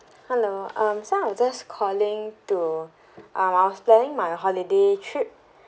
hello um so I'm just calling to um I was planning my holiday trip